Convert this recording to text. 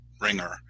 ringer